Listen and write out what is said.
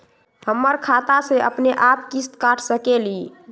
हमर खाता से अपनेआप किस्त काट सकेली?